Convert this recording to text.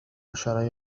عشر